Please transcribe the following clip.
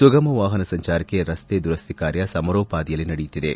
ಸುಗಮ ವಾಹನ ಸಂಚಾರಕ್ಕೆ ರಸ್ತೆ ದುರಸ್ವಿ ಕಾರ್ಯ ಸಮರೋಪಾದಿಯಲ್ಲಿ ನಡೆಯುತ್ತಿದೆ